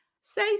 say